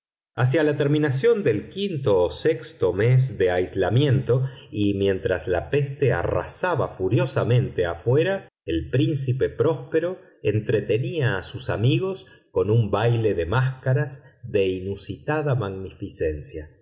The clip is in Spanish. hacia la terminación del quinto o sexto mes de aislamiento y mientras la peste arrasaba furiosamente afuera el príncipe próspero entretenía a sus amigos con un baile de máscaras de inusitada magnificencia